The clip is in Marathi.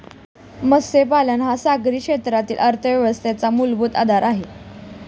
मत्स्यपालन हा सागरी क्षेत्रातील अर्थव्यवस्थेचा मूलभूत आधार आहे